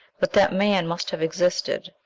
but that man must have existed,